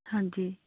ਹਾਂਜੀ